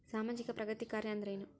ಸಾಮಾಜಿಕ ಪ್ರಗತಿ ಕಾರ್ಯಾ ಅಂದ್ರೇನು?